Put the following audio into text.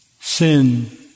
sin